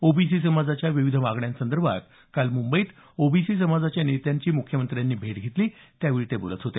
OBC समाजाच्या विविध मागण्यांसंदर्भात काल मुंबईत ओबीसी समाजाच्या नेत्यांची म्ख्यमंत्र्यांची भेट घेतली त्यावेळी ते बोलत होते